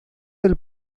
del